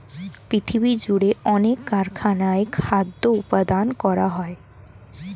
পৃথিবীজুড়ে অনেক কারখানায় খাদ্য উৎপাদন করা হয়